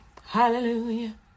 Hallelujah